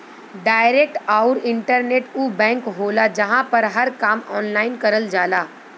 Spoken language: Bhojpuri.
डायरेक्ट आउर इंटरनेट उ बैंक होला जहां पर हर काम ऑनलाइन करल जाला